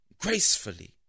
gracefully